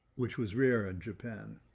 which was rare in japan,